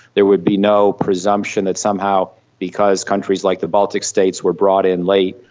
there would be no presumption that somehow because countries like the baltic states were brought in late,